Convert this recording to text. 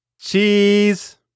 Cheese